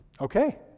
Okay